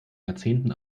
jahrzehnten